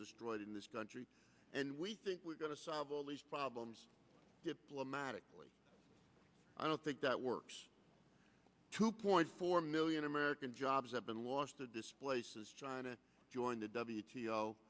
destroyed in this country and we think we're going to solve all these problems diplomatically i don't think that works two point four million american jobs have been lost to displaces china join the